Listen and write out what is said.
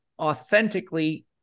authentically